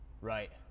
Right